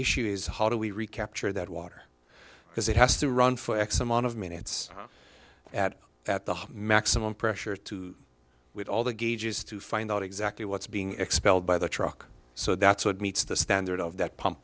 issue is how do we recapture that water because it has to run for x amount of minutes at that the maximum pressure to with all the gauges to find out exactly what's being expelled by the truck so that's what meets the standard of that pump